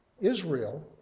Israel